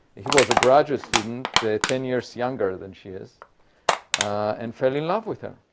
he was graduate student ten years younger than she is and fell in love with her.